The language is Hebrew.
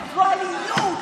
חברת הכנסת סטרוק,